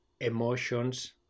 emotions